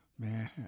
man